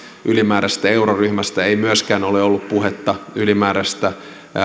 ylimääräisestä euroryhmästä ei myöskään ole ollut puhetta ylimääräisestä